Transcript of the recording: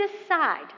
decide